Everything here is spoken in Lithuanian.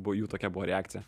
buvo jų tokia buvo reakcija